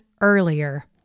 earlier